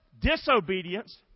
disobedience